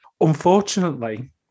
Unfortunately